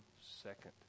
second